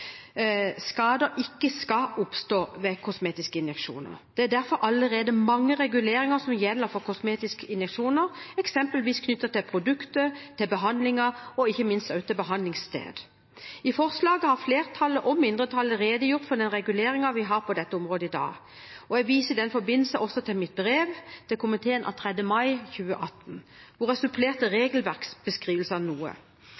skader ikke skal oppstå ved kosmetiske injeksjoner. Det er derfor allerede mange reguleringer som gjelder for kosmetiske injeksjoner, f.eks. knyttet til produktet, til behandlingen og ikke minst til behandlingsstedet. I innstillingen har flertallet og mindretallet redegjort for den reguleringen vi har på dette området i dag, og jeg viser i den forbindelse også til mitt brev til komiteen av 3. mai 2018, hvor jeg supplerte regelverksbeskrivelsene noe.